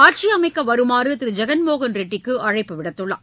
ஆட்சி அமைக்க வருமாறு திரு ஜெகன்மோகன் ரெட்டிக்கு அழைப்பு விடுத்துள்ளார்